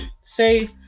say